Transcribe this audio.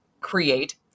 create